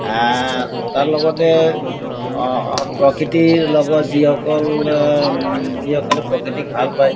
তাৰ লগতে প্ৰকৃতিৰ লগত যিসকল যিসকলে প্ৰকৃতিক ভাল পায়